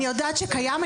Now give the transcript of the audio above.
אני יודעת שקיים,